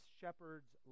shepherd's